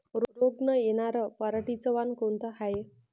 रोग न येनार पराटीचं वान कोनतं हाये?